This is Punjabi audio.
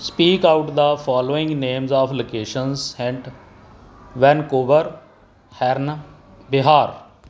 speak out the following name of location and Vancouver Haryana Bihar